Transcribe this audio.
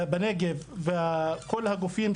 היא גם אכיפה,